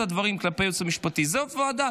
הדברים כלפי הייעוץ המשפטי זה הוועדה.